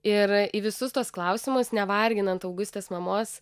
ir į visus tuos klausimus nevarginant augustės mamos